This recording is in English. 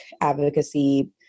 advocacy